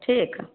ठीक